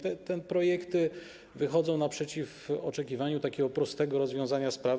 Te projekty wychodzą naprzeciw oczekiwaniu takiego prostego rozwiązania sprawy.